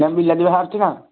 ତୁମ ବିଲାତି ବାହାରୁଛି ନା